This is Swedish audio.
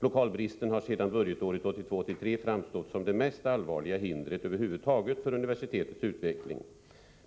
Lokalbristen har sedan budgetåret 1982/83 framstått som det mest allvarliga hindret över huvud taget för universitetets utveckling.